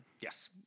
Yes